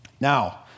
Now